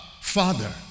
Father